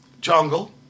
Jungle